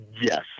Yes